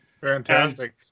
Fantastic